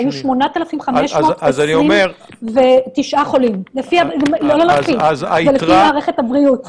היו 8,529 חולים, זה לפי מערכת הבריאות.